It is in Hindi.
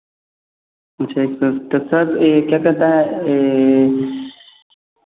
अच्छा इसमें तो सर यह क्या कहता है यह